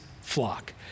flock